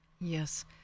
Yes